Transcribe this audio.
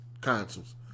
consoles